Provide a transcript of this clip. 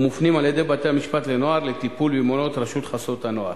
ומופנים על-ידי בתי-המשפט לנוער לטיפול במעונות רשות חסות הנוער.